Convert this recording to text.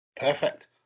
Perfect